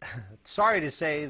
i'm sorry to say